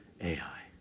Ai